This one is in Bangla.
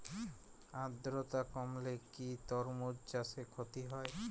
আদ্রর্তা কমলে কি তরমুজ চাষে ক্ষতি হয়?